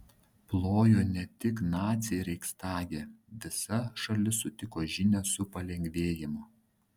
plojo ne tik naciai reichstage visa šalis sutiko žinią su palengvėjimu